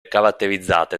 caratterizzate